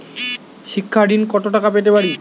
শিক্ষা ঋণ কত টাকা পেতে পারি?